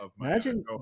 imagine